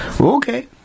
Okay